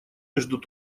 между